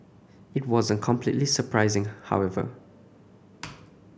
it wasn't completely surprising however